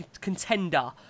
contender